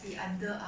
so